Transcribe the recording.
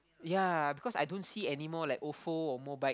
yea because I don't see anymore like Ofo or Mobike